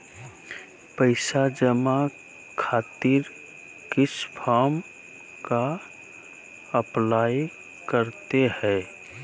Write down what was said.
पैसा जमा खातिर किस फॉर्म का अप्लाई करते हैं?